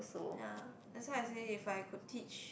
ya that's why I say if I could teach